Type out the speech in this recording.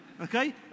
Okay